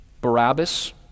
Barabbas